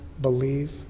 believe